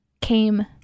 came